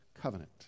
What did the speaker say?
covenant